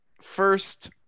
first